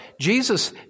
Jesus